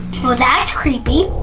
oh, that's creepy.